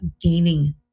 gaining